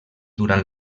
durant